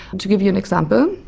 to give you an example,